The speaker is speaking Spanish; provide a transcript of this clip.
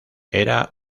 era